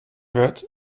wird